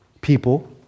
people